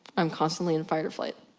i'm constantly in fight or flight.